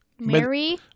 Mary